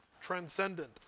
transcendent